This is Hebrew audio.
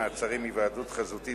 מעצרים) (היוועדות חזותית,